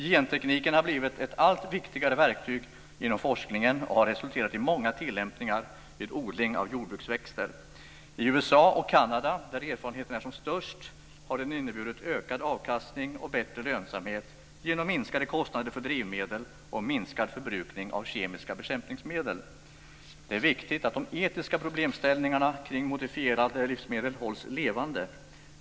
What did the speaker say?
Gentekniken har blivit ett allt viktigare verktyg inom forskningen och har resulterat i många tillämpningar vid odling av jordbruksväxter. I USA och Kanada, där erfarenheten är som störst, har den inneburit ökad avkastning och bättre lönsamhet genom minskade kostnader för drivmedel och minskad förbrukning av kemiska bekämpningsmedel. Det är viktigt att de etiska problemställningarna kring modifierade livsmedel hålls levande.